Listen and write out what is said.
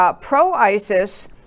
pro-ISIS